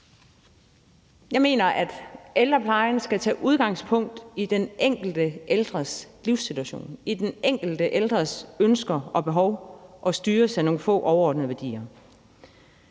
Jeg mener, at ældreplejen skal tage udgangspunkt i den enkelte ældres livssituation, i den enkelte ældres ønsker og behov og styres af nogle få overordnede værdier.